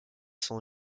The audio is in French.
son